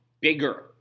bigger